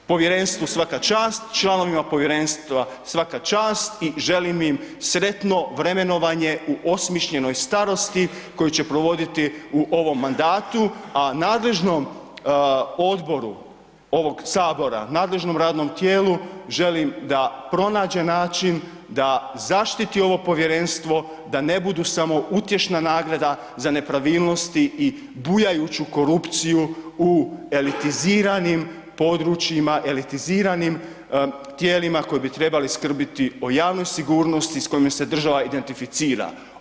Povjerenstvu svaka čast, članovima povjerenstva svaka čast i želim im sretno vremenovanje u osmišljenoj starosti koju će provoditi u ovom mandatu, a nadležnom odboru ovog sabora, nadležnom radnom tijelu želim da pronađe način da zaštiti ovo povjerenstvo da ne budu samo utješna nagrada za nepravilnosti i bujajuću korupciju u elitiziranim područjima, elitiziranim tijelima koji bi trebali skrbiti o javnoj sigurnosti s kojima se država identificira.